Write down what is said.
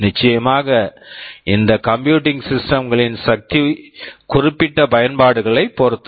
நிச்சயமாக இந்த computing systems computing systeme களின் சக்தி குறிப்பிட்ட பயன்பாடுகளைப் பொறுத்தது